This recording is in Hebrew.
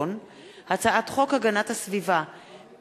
שהצעת חוק השאלת ספרי לימוד (תיקון,